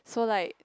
so like